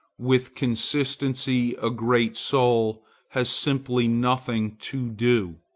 with consistency a great soul has simply nothing to do.